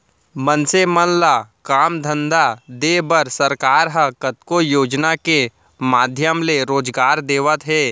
मनसे मन ल काम धंधा देय बर सरकार ह कतको योजना के माधियम ले रोजगार देवत हे